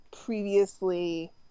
previously